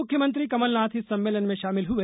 मुख्यमंत्री कमलनाथ इस सम्मेलन में शामिल हए